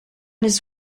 his